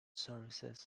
services